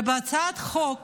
הצעת החוק